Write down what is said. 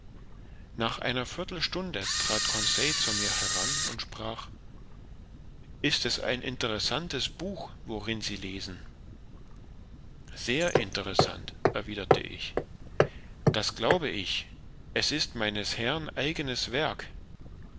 nach einer viertelstunde trat conseil zu mir heran und sprach ist es ein interessantes buch worin sie lesen sehr interessant erwiderte ich das glaube ich es ist meines herrn eigenes werk